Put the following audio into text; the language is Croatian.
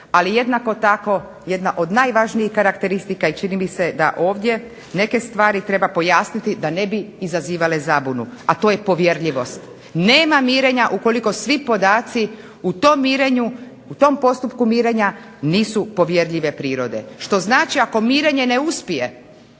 Ali jednako tako jedna od najvažnijih karakteristika i čini mi se da ovdje neke stvari treba pojasniti da ne bi izazivale zabunu, a to je povjerljivost. Nema mirenja ukoliko svi podaci u tom mirenju, u tom postupku mirenja nisu povjerljive prirode. Što znači ako mirenje ne uspije,